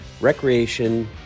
recreation